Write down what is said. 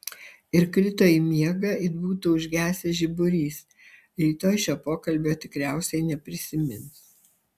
ir krito į miegą it būtų užgesęs žiburys rytoj šio pokalbio tikriausiai neprisimins